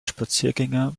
spaziergänger